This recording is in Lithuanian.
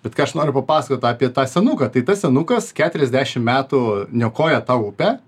bet ką aš noriu papasakot apie tą senuką tai tas senukas keturiasdešim metų niokoja tą upę